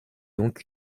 donc